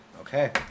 Okay